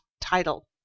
title